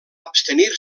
abstenir